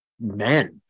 men